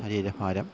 ശരീരഭാരം